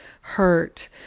hurt